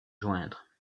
joindre